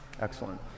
excellent